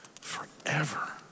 forever